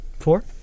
four